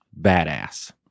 badass